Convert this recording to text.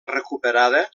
recuperada